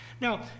Now